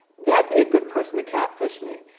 that'd be a good person to catfish me.